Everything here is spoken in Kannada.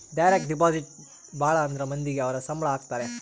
ಡೈರೆಕ್ಟ್ ಡೆಪಾಸಿಟ್ ಭಾಳ ಅಂದ್ರ ಮಂದಿಗೆ ಅವ್ರ ಸಂಬ್ಳ ಹಾಕತರೆ